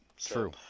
True